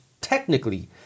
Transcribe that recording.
technically